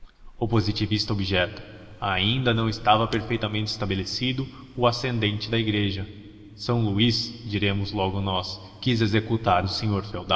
o positivista objeta ainda não estava perfeitamente estabelecido o ascendente da igreja são luís diremos logo nós quis executar um senhor